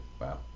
Wow